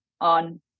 on